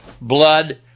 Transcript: blood